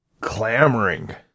clamoring